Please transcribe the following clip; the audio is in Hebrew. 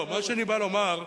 מה שאני בא לומר,